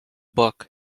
book